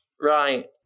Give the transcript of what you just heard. Right